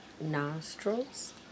nostrils